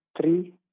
three